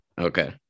okay